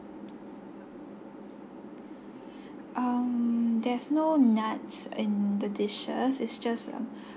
um there's no nuts in the dishes is just